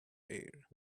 air